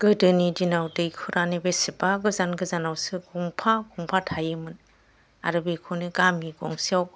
गोदोनि दिनाव दैखरानो बेसेबा गोजान गोजानावसो गंफा गंफा थायोमोन आरो बेखौनो गामि गंसेयाव